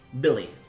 Billy